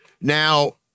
Now